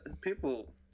people